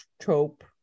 trope